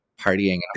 partying